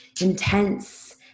intense